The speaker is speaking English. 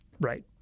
Right